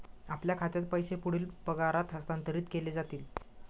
आपल्या खात्यात पैसे पुढील पगारात हस्तांतरित केले जातील